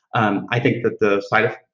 and i think that the side effect.